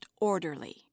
orderly